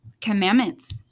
commandments